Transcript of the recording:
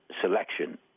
selection